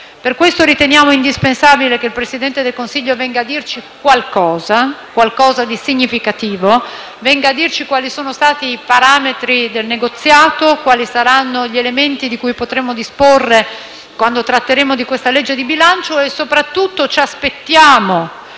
Per questo riteniamo indispensabile che il Presidente del Consiglio venga a dirci qualcosa di significativo, quali sono stati i parametri del negoziato e quali saranno gli elementi di cui potremmo disporre quando tratteremo questa legge di bilancio. Soprattutto ci aspettiamo,